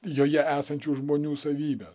joje esančių žmonių savybes